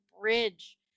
bridge